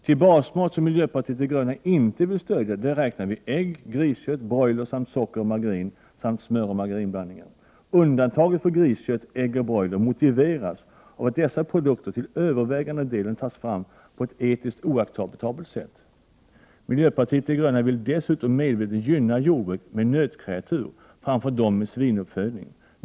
Till basmat som miljöpartiet de gröna inte vill stödja räknas ägg, griskött, broiler, socker, margarin och smöroch margarinblandningar. Undantagen för griskött, ägg och broiler motiveras av att dessa produkter till övervägande delen tas fram på ett etiskt oacceptabelt sätt. Miljöpartiet de gröna vill dessutom medvetet gynna jordbruk med nötkreatur framför de med svinuppfödning.